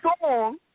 song